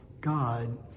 God